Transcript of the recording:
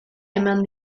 eman